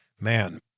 Man